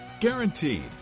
Guaranteed